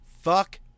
Fuck